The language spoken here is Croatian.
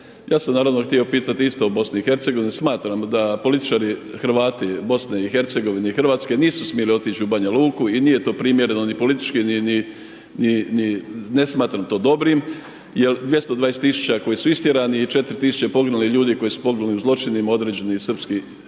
Ja sam naravno htio pitati isto o Bosni i Hercegovini, smatram da političari Hrvati Bosne i Hercegovine i Hrvatske, nisu smjeli otići u Banja Luku i nije to primjereno ni politički, ni, ne smatram to dobrim, jel 220000 koji su istjerani i 4000 poginulih ljudi koji su pobili u zločinima određeni srpski